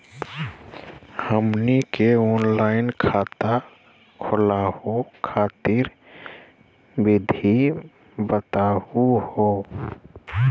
हमनी के ऑनलाइन खाता खोलहु खातिर विधि बताहु हो?